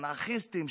אנרכיסטים,